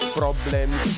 problems